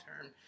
term